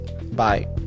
Bye